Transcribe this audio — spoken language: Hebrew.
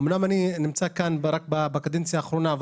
אמנם אני נמצא כאן רק בקדנציה האחרונה,